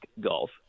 golf